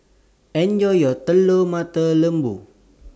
Enjoy your Telur Mata Lembu